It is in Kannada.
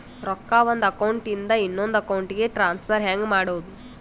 ರೊಕ್ಕ ಒಂದು ಅಕೌಂಟ್ ಇಂದ ಇನ್ನೊಂದು ಅಕೌಂಟಿಗೆ ಟ್ರಾನ್ಸ್ಫರ್ ಹೆಂಗ್ ಮಾಡೋದು?